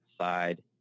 side